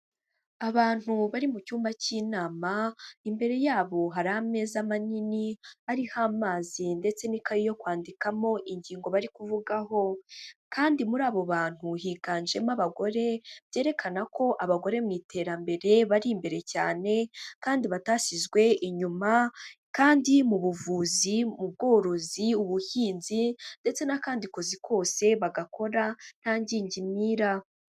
Abantu bari mu cyumba cy'inama, imbere yabo hari ameza manini ariho amazi ndetse n'ikayi yo kwandikamo ingingo bari kuvugaho kandi muri abo bantu higanjemo abagore byerekana ko abagore mu iterambere bari imbere cyane kandi batashyizwe inyuma kandi mu buvuzi, mu bworozi, ubuhinzi ndetse n'akandi kazi kose bagakora nta ngingimira.